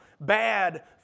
bad